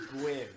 Gwyn